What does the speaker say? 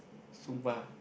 sumpah